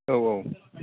औ औ